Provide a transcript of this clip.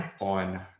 on